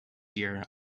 year